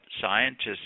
scientists